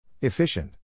Efficient